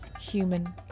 human